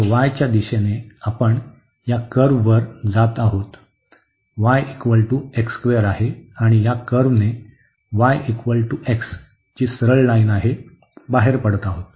तर y च्या दिशेने आपण या कर्व्हवर आत जात आहोत y आहे आणि या कर्व्हने y x जी सरळ लाईन आहे बाहेर पडत आहोत